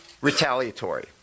retaliatory